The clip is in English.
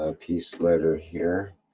ah peace letter here.